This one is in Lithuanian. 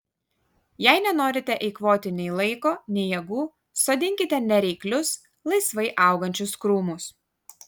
jei nenorite eikvoti nei laiko nei jėgų sodinkite nereiklius laisvai augančius krūmus